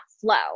flow